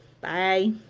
Bye